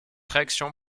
réaction